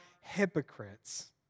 hypocrites